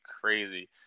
crazy